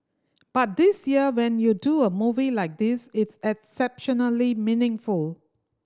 but this year when you do a movie like this it's exceptionally meaningful